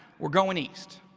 we're going east.